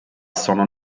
sono